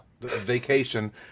vacation